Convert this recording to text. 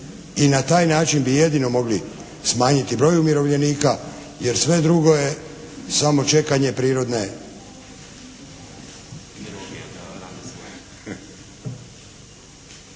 I na taj način bi jedino mogli smanjiti broj umirovljenika jer sve drugo je samo čekanje prirodne